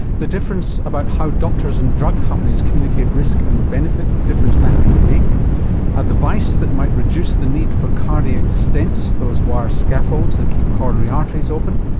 the difference about how doctors and drug companies communicate risk and benefit, the difference that can make. plus a device that might reduce the need for cardiac stents, those wire scaffolds that keep coronary arteries open.